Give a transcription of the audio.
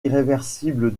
irréversible